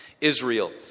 Israel